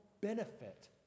benefit